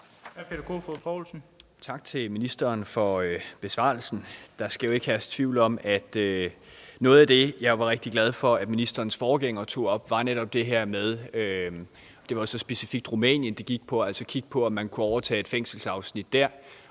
Tak til ministeren for besvarelsen. Der skal ikke herske tvivl om, at noget af det, jeg er rigtig glad for at ministerens forgænger tog op, netop var det her med – og det var så specifikt Rumænien – at kigge på, om man kunne overtage et fængselsafsnit der